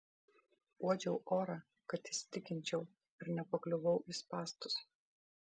uodžiau orą kad įsitikinčiau ar nepakliuvau į spąstus